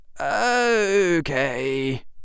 Okay